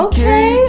Okay